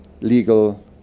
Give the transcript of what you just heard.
legal